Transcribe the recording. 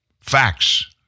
Facts